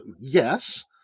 yes